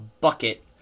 bucket